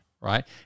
right